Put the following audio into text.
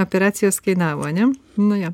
operacijos kainavo ane nu jo